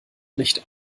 nicht